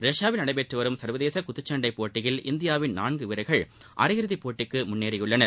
ரஷ்பாவில் நடைபெற்று வரும் சர்வதேச குத்துச்சண்டை போட்டியில் இந்தியாவின் நான்கு வீரர்கள் அரையிறுதிப் போட்டிக்கு முன்னேறியுள்ளனர்